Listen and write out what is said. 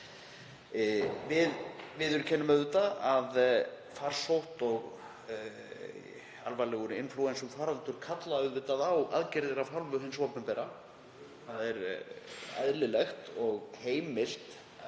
Við viðurkennum auðvitað að farsótt og alvarlegur inflúensufaraldur kallar á aðgerðir af hálfu hins opinbera. Það er eðlilegt og heimilt